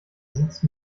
sitzt